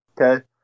Okay